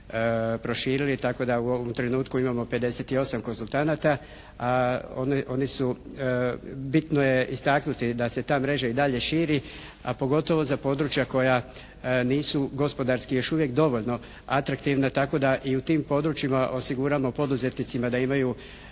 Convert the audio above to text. proširili tako da u ovom trenutku imamo 58 konzultanata. Oni su, bitno je istaknuti da se ta mreža i dalje širi, a pogotovo za područja koja nisu gospodarski još uvijek dovoljno atraktivna tako da i u tim područjima osiguramo poduzetnicima da imaju